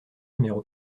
numéro